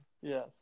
Yes